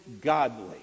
godly